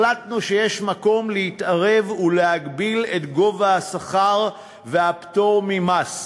החלטנו שיש מקום להתערב ולהגביל את גובה השכר והפטור ממס.